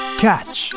catch